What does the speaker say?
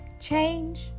Change